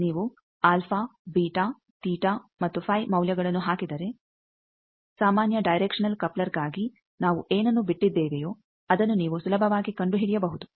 ನೀವು alpha beta theta ಮತ್ತು phi ಮೌಲ್ಯಗಳನ್ನು ಹಾಕಿದರೆ ಸಾಮಾನ್ಯ ಡೈರೆಕ್ಷನಲ್ ಕಪ್ಲರ್ಗಾಗಿ ನಾವು ಏನನ್ನು ಬಿಟ್ಟಿದ್ದೇವೆಯೋ ಅದನ್ನು ನೀವು ಸುಲಭವಾಗಿ ಕಂಡುಹಿಡಿಯಬಹುದು